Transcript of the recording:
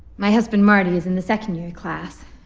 my husband, martin, is in the second year class.